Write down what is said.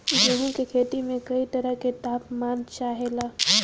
गेहू की खेती में कयी तरह के ताप मान चाहे ला